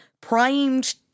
primed